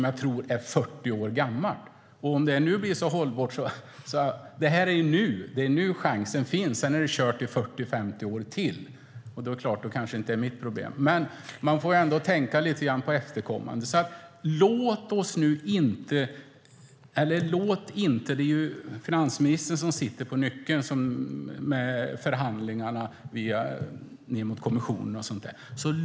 Jag tror att det vi har är 40 år gammalt, och tar vi inte chansen nu är det kört i 40-50 år till. Då är det kanske inte mitt problem, men vi får tänka lite på våra efterkommande. Finansministern sitter på nyckeln till förhandlingarna med kommissionen.